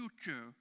future